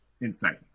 insight